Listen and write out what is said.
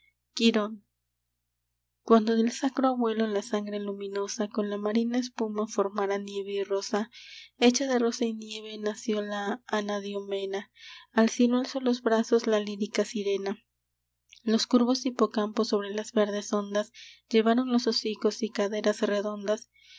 quirón cuando del sacro abuelo la sangre luminosa con la marina espuma formara nieve y rosa hecha de rosa y nieve nació la anadiomena al cielo alzó los brazos la lírica sirena los curvos hipocampos sobre las verdes ondas levaron los hocicos y caderas redondas